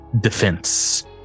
defense